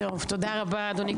טוב, תודה רבה אדוני.